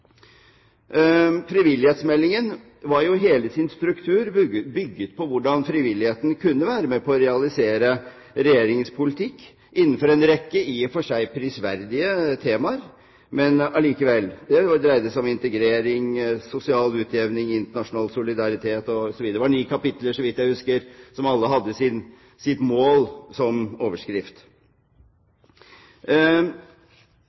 Frivillighetsmeldingen var i hele sin struktur bygget på hvordan frivilligheten kunne være med på å realisere Regjeringens politikk innenfor en rekke i og for seg prisverdige temaer, men allikevel! Det dreide seg om integrering, sosial utjevning, internasjonal solidaritet, osv. Det var ni kapitler, så vidt jeg husker, som alle hadde sitt mål som overskrift.